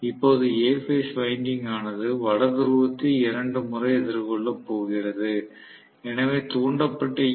இப்போது A phase winding ஆனது வட துருவத்தை இரண்டு முறை எதிர்கொள்ளப் போகிறது எனவே தூண்டப்பட்ட ஈ